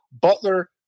Butler